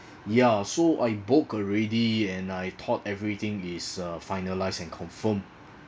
ya so I book already and I thought everything is uh finalised and confirmed